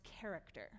character